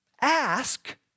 Ask